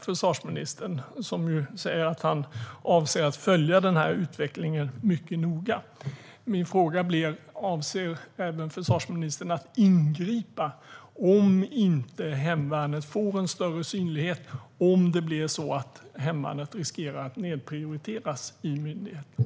Försvarsministern säger att han avser att följa utvecklingen mycket noga. Avser försvarsministern även att ingripa om hemvärnet inte får en större synlighet och om det blir så att hemvärnet riskerar att nedprioriteras i myndigheten?